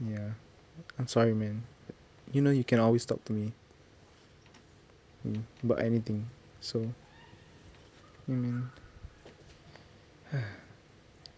ya I'm sorry man you know you can always talk to me mm about anything so ya man !huh!